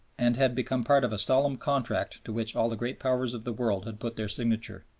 and had become part of a solemn contract to which all the great powers of the world had put their signature.